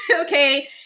okay